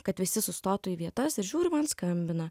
kad visi sustotų į vietas ir žiūriu man skambina